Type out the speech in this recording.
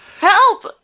Help